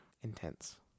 intense